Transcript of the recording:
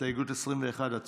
הסתייגות 22 הצבעה.